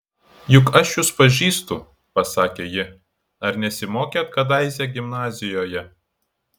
juk aš jus pažįstu pasakė ji ar nesimokėt kadaise gimnazijoje